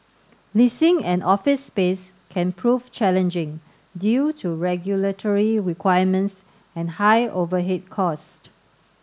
leasing an office space can prove challenging due to regulatory requirements and high overhead costs